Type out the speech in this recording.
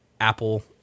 apple